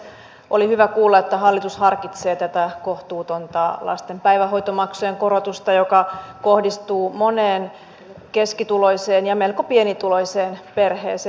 oli hyvä kuulla että hallitus harkitsee uudelleen tätä kohtuutonta lasten päivähoitomaksujen korotusta joka kohdistuu moneen keskituloiseen ja melko pienituloiseen perheeseen